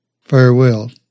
Farewell